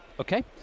Okay